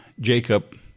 Jacob